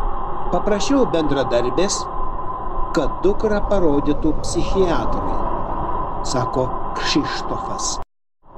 paprašiau bendradarbės kad dukrą parodytų psichiatrui sako krzyštofas